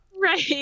Right